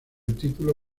título